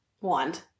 wand